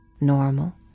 Normal